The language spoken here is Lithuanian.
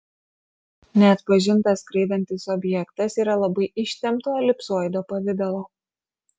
neatpažintas skraidantis objektas yra labai ištempto elipsoido pavidalo